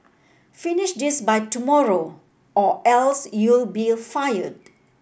finish this by tomorrow or else you'll be fired